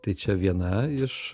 tai čia viena iš